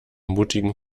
mutigen